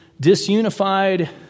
disunified